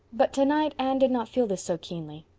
but tonight anne did not feel this so keenly.